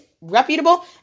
reputable